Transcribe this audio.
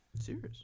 Serious